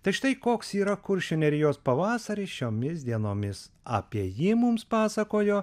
tai štai koks yra kuršių nerijos pavasaris šiomis dienomis apie jį mums pasakojo